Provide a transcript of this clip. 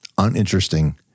Uninteresting